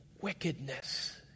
wickedness